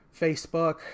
Facebook